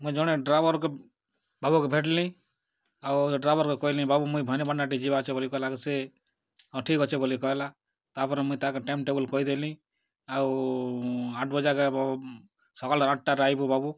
ମୁଁ ଜଣେ ଡ୍ରାଇଭର୍ ବାବୁକୁ ଭେଟ୍ଲି ଆଉ ଡ୍ରାଇଭର୍ କହିଲେ ବାବୁ ମୁଇଁ ଭବାନୀପଟଣା ଟିକେ ଯିବା ଅଛି ବୋଲି କହିଲାକୁ ସେ ହଁ ଠିକ୍ ଅଛି ବୋଲି କହିଲା ତାପରେ ମୁଇଁ ତାକୁ ଟାଇମ୍ ଟେବୁଲ୍ କହିଦେଲି ଆଉ ଆଠ୍ ବଜାକେ ସକାଲ ଆଠ୍ଟାରେ ଆଇବୁ ବାବୁ